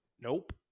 nope